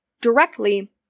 directly